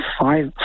five